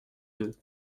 deux